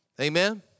Amen